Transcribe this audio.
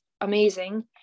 amazing